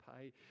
pay